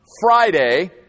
Friday